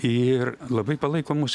ir labai palaiko mus